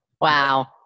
Wow